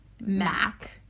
Mac